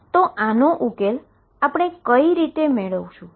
તો આનો ઉકેલ આપણે કઈ રીતે મેળવીશુ